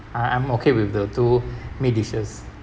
uh I'm okay with the two meat dishes